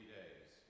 days